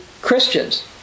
Christians